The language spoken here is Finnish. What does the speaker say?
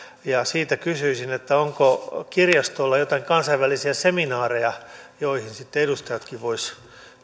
siitä kysyisin onko kirjastoilla jotain kansainvälisiä seminaareja joihin edustajatkin voisivat